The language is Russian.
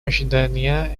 ожидания